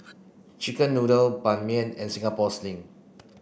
chicken noodles Ban Mian and Singapore sling